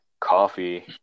coffee